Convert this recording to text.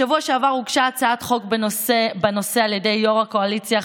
בשבוע שעבר הוגשה הצעת חוק בנושא על ידי יו"ר הקואליציה,